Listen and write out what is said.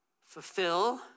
Fulfill